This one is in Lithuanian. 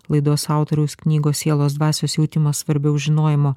laidos autoriaus knygos sielos dvasios jautimas svarbiau žinojimo